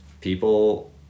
people